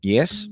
Yes